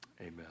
Amen